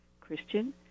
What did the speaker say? Christian